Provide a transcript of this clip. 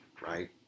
right